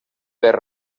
per